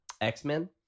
X-Men